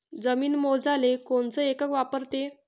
जमीन मोजाले कोनचं एकक वापरते?